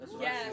Yes